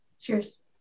Cheers